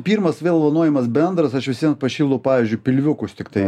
pirmas vel vanojimas bendras aš vis vien pašildau pavyzdžiui pilviukus tiktai